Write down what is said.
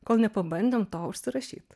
kol nepabandėm to užsirašyt